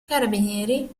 carabinieri